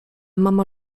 mama